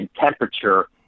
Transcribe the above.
temperature